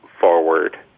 forward